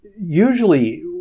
usually